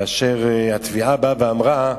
כאשר התביעה באה ואמרה: